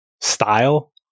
style